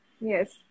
Yes